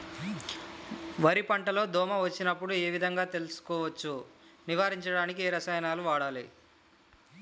వరి పంట లో దోమ వచ్చినప్పుడు ఏ విధంగా తెలుసుకోవచ్చు? నివారించడానికి ఏ రసాయనాలు వాడాలి?